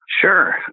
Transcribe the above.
Sure